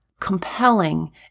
compelling